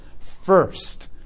first